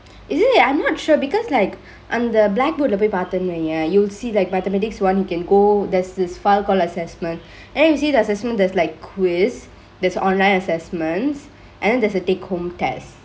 is it I'm not sure because like on the அந்த:anthe blackboard ல போய் பாத்தனுவேய:le poi paarthanuveyeh ya you'll see like mathematics one can go there's this file called assessment then you see the assessment there's like quiz there's online assessments and then there's a take home tests